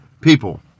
people